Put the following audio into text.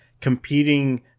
competing